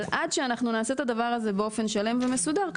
אבל עד שנעשה את הדבר הזה באופן שלם ומסודר,